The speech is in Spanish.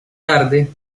tarde